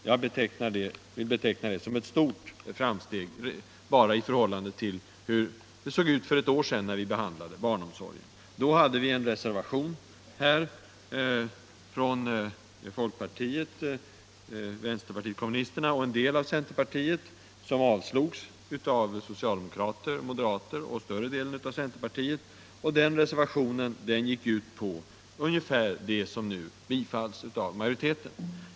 Jag vill beteckna det som ett stort framsteg i förhållande till hur det såg ut för bara ett år sedan, när vi behandlade frågan om barnomsorgen. Då förelåg en reservation från folkpartiet, vänsterpartiet kommunisterna och en del av centerpartiet, och den avslogs av socialdemokrater, moderater och större delen av centerpartiet. Den reservationen gick ut på ungefär det som nu tillstyrks av majoriteten.